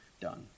done